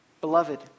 Beloved